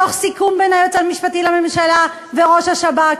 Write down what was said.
תוך סיכום בין היועץ המשפטי לממשלה וראש השב"כ?